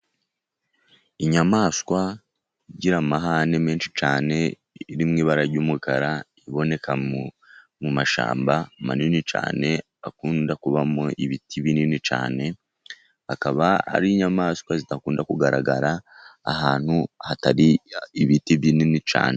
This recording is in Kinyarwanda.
Inyamaswa igira amahane menshi cyane, iri mu ibara rimwe ry'umukara, iboneka mu mashyamba manini cyane, akunda kubamo ibiti binini cyane, akaba ari inyamaswa zidakunda kugaragara ahantu hatari ibiti binini cyane.